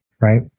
right